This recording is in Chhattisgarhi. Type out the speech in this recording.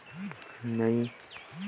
ऑनलाइन मार्केट ले खाद मिलथे कौन?